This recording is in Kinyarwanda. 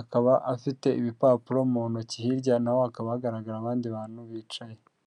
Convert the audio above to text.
akaba afite ibipapuro mu ntoki hirya naho hakaba hagaragara abandi bantu bicaye.